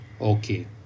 Okay